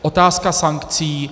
Otázka sankcí.